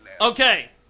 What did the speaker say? Okay